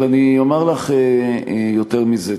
אבל אני אומר לך יותר מזה.